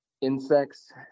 insects